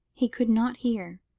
he could not hear,